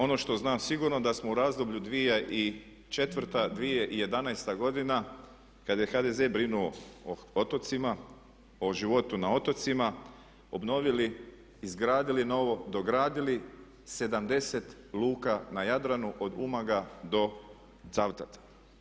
Ono što znam sigurno da smo u razdoblju 2004.-2011. godina kada je HDZ brinuo o otocima, o životu na otocima obnovili, izgradili novo, dogradili 70 luka na Jadranu od Umaga do Cavtata.